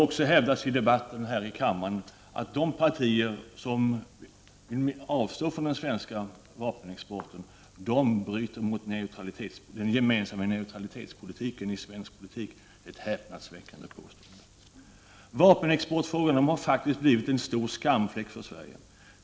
Det har i debatten här i kammaren också hävdats att de partier som vill avstå från den svenska vapenexporten bryter mot den gemensamma neutralitetspolitiken i svensk politik. Det är ett häpnadsväckande påstående. Vapenexporten har blivit en stor skamfläck för Sverige.